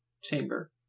chamber